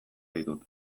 ditut